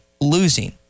losing